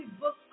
book